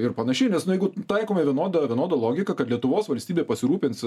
ir panašiai nes nu jeigu taikomai vienoda vienoda logika kad lietuvos valstybė pasirūpins